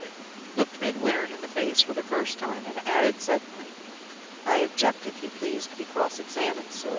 looked midwinter in the face for the first time, and added, suddenly i object, if you please, to be cross-examined, sir.